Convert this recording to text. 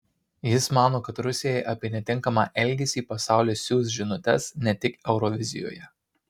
jis mano kad rusijai apie netinkamą elgesį pasaulis siųs žinutes ne tik eurovizijoje